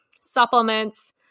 supplements